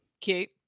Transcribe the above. Cute